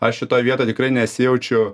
aš šitoj vietoj tikrai nesijaučiu